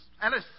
Alice